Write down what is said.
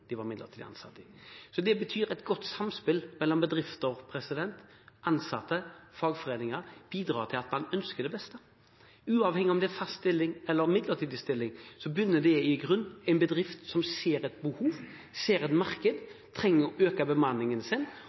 de var midlertidig ansatt i. Det betyr at et godt samspill mellom bedrifter, ansatte og fagforeninger bidrar til at man ønsker det beste. Uavhengig av om det gjelder fast stilling eller midlertidig stilling, bunner det i grunnen i en bedrift som ser et behov, som ser et marked, og som trenger å øke bemanningen,